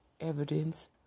evidence